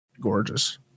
gorgeous